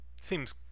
seems